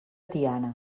tiana